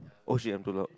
oh shit I am too loud